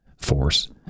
force